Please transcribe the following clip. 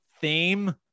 theme